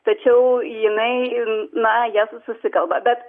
tačiau jinai ir na jie ja susikalba bet